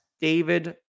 David